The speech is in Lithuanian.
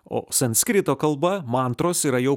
o sanskrito kalba mantros yra jau